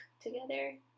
together